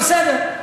בסדר.